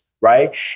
right